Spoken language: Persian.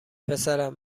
پسرم